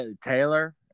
Taylor